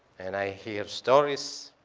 and i hear stories